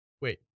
Wait